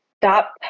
Stop